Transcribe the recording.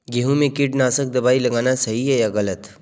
गेहूँ में कीटनाशक दबाई लगाना सही है या गलत?